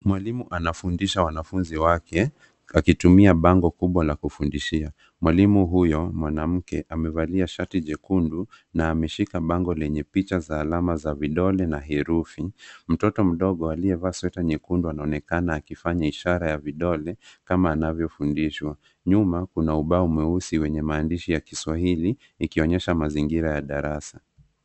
Mwalimu anafundisha wanafunzi wake wakitumia bango kubwa la kufundishia, mwalimu huyo mwanamke amevalia sharti jekundu na ameshika bango lenye picha za alama za vidole na herufi ,mtoto mdogo aliyevaa sweta nyekundu anaonekana akifanya ishara ya vidole kama anavyofundishwa, nyuma kuna ubao mweusi wenye maandishi ya Kiswahili ikionyesha mazingira ya darasa.